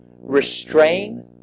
restrain